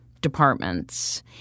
departments